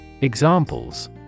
Examples